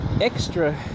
extra